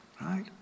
right